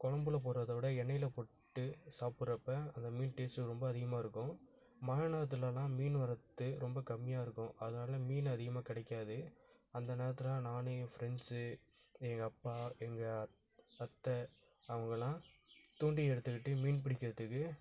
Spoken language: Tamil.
கொழம்புல போடுறத விட எண்ணெயில் போட்டு சாப்பிட்றப்ப அந்த மீன் டேஸ்ட்டும் ரொம்ப அதிகமாக இருக்கும் மழை நேரத்துலெல்லாம் மீன் வரத்து ரொம்ப கம்மியாக இருக்கும் அதனால் மீன் அதிகமாக கிடைக்காது அந்த நேரத்தில் நான் என் ஃப்ரெண்ட்ஸு எங்கள் அப்பா எங்கள் அத்தை அவங்களாம் தூண்டில் எடுத்துக்கிட்டு மீன் பிடிக்கிறதுக்கு